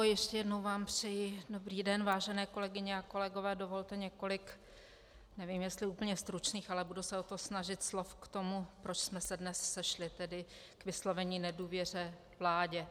Ještě jednou vám přeji dobrý den, vážené kolegyně a kolegové, dovolte několik nevím, jestli úplně stručných, ale budu se o to snažit slov k tomu, proč jsme se dnes sešli, tedy k vyslovení nedůvěry vládě.